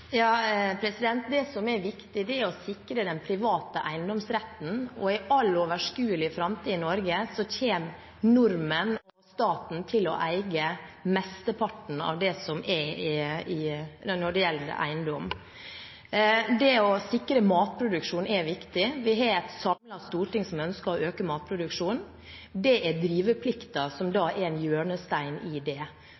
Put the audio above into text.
Det som er viktig, er å sikre den private eiendomsretten, og i all overskuelig framtid i Norge kommer nordmenn og staten til å eie mesteparten av det som gjelder eiendom. Det å sikre matproduksjon er viktig. Vi har et samlet storting som ønsker å øke matproduksjonen. Det er driveplikten som er en hjørnestein i det,